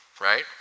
right